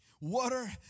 Water